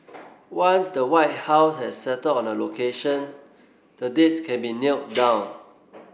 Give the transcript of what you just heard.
once the White House has settled on a location the dates can be nailed down